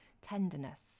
tenderness